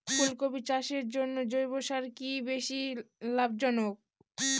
ফুলকপি চাষের জন্য জৈব সার কি বেশী লাভজনক?